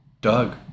Doug